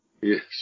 Yes